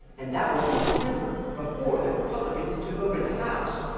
and that was in december, before the republicans took over the house